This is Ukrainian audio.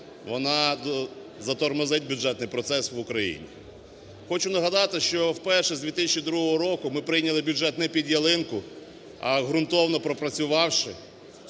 вона затормозить бюджетний процес в Україні. Хочу нагадати, що вперше з 2002 року ми прийняли бюджет не "під ялинку", а ґрунтовно пропрацювавши